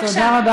כשהיה על מורות,